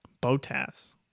BOTAS